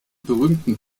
berühmten